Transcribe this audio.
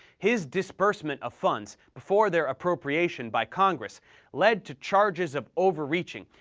his disbursement of funds before their appropriation by congress led to charges of overreaching,